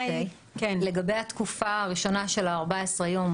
לגבי התקופה הראשונה של ה-14 יום,